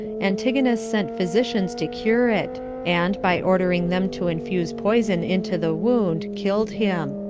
antigonus sent physicians to cure it, and, by ordering them to infuse poison into the wound, killed him.